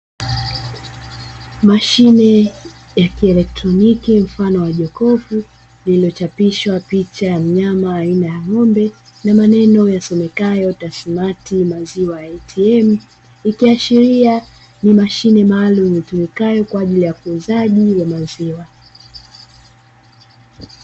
Mashine ya kielektroniki mfano wa jokofu lililochapishwa picha ya mnyama aina ya ng'ombe na maneno yasomekeyo "TASSMATT maziwa ATM", ikiashiria ni mashine maalumu itumikayo kwa ajili ya uuzaji wa maziwa.